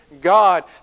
God